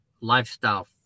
lifestyle